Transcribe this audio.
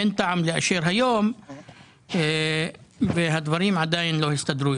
אין טעם לאשר היום והדברים עדיין לא הסתדרו.